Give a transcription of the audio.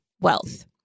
wealth